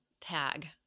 tag